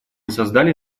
создали